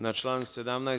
Na član 17.